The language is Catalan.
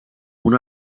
una